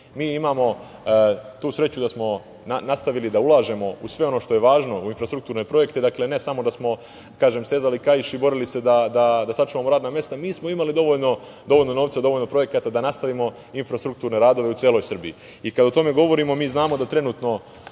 Imamo tu sreću da smo nastavili da ulažemo u sve ono što je važno, u infrastrukturne projekte. Dakle, ne samo da smo stezali kaiš i borili se da sačuvamo radna mesta, mi smo imali dovoljno novca, dovoljno projekata da nastavimo infrastrukturne radove u celoj Srbiji. Kada o tome govorimo mi znamo da trenutno,